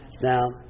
Now